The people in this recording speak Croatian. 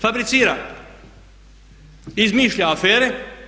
Fabricira i izmišlja afere.